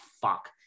fuck